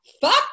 Fuck